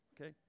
okay